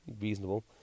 reasonable